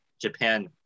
Japan